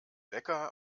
wecker